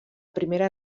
primera